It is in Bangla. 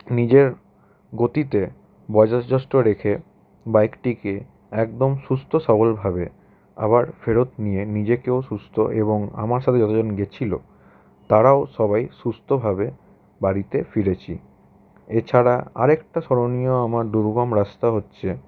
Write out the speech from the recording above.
নিজের গতিতে রেখে বাইকটিকে একদম সুস্থ সবলভাবে আবার ফেরত নিয়ে নিজেকেও সুস্থ এবং আমার সাথে যতজন গেছিলো তারাও সবাই সুস্থভাবে বাড়িতে ফিরেছি এছাড়া আরেকটা স্মরণীয় আমার দুর্গম রাস্তা হচ্ছে